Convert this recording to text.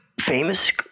famous